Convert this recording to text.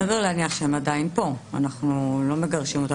סביר להניח שהם עדיין פה, אנחנו לא מגרשים אותם.